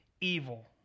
evil